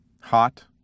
Hot